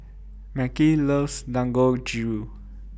Mekhi loves Dangojiru